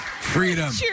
Freedom